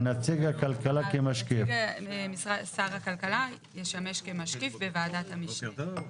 נציג שר הכלכלה ישמש כמשקיף בוועדת המשנה.